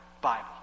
Bible